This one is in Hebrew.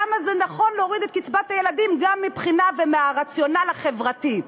למה זה נכון להוריד את קצבת הילדים גם מבחינת הרציונל החברתי.